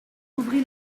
ouvrit